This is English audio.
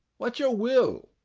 what's your will?